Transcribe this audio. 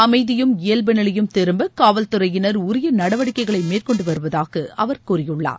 அமைதியும் இயல்பு நிலையும் திரும்ப காவல் துறையினர் உரிய நடவடிக்கைகளை மேற்கொண்டுவருவதாக அவர் கூறியுள்ளார்